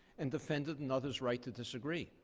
and defended another's right to disagree.